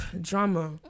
Drama